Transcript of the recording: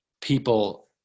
people